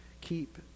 keep